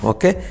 Okay